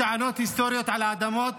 יש טענות היסטוריות על האדמות